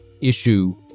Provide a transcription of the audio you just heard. issue